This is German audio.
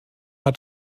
hat